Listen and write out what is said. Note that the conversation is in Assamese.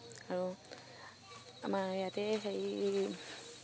আৰু আমাৰ ইয়াতে হেৰি